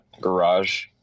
garage